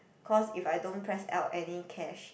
cause if I don't press out any cash